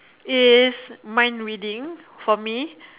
is mind reading for me